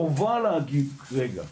חובה להגיד רגע,